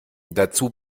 dazu